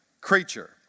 creature